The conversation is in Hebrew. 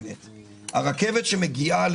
הרכבת שנוסעת